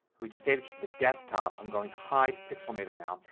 we just saved it to the desktop. i'm going to hide pixelmator now.